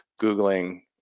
Googling